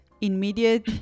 immediate